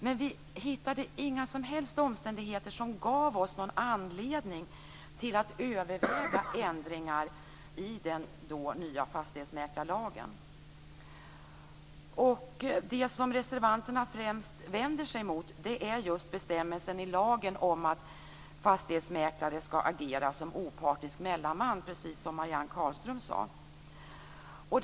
Men vi hittade inga som helst omständigheter som gav oss någon anledning att överväga ändringar i den då nya fastighetsmäklarlagen. Det som reservanterna främst vänder sig mot är just bestämmelsen i lagen om att fastighetsmäklaren skall agera som opartisk mellanman precis som Marianne Carlström sade.